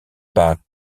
pas